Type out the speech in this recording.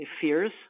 fears